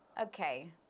Okay